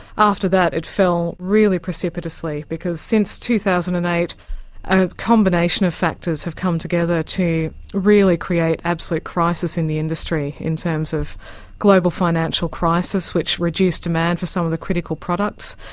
after that it fell really precipitously, because since two thousand and eight a combination of factors have come together to really create absolute crisis in the industry in terms of global financial crisis, which reduced demand for some of the critical products,